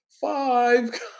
five